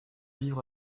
vivre